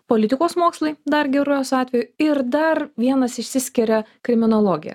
politikos mokslai dar geriausiu atveju ir dar vienas išsiskiria kriminologija